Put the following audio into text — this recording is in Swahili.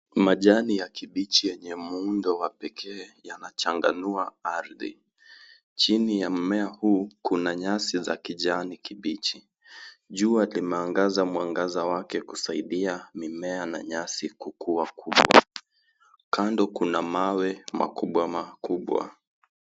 Majani ya kibichi yenye muundo wa pekee yanachanganua ardhi. Chini ya mmea huu kuna nyasi za kijani kibichi. Jua limeangaza mwangaza wake kusaidia mimea na nyasi kuwa kubwa. Kando kuna mawe makubwa makubwa.